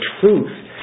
truth